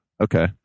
Okay